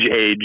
age